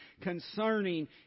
concerning